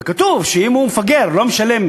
כתוב שאם הוא מפגר ולא משלם